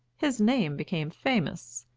his name became famous,